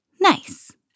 Nice